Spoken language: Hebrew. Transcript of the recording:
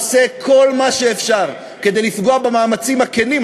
עושה כל מה שאפשר כדי לפגוע במאמצים הכנים,